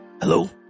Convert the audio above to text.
Hello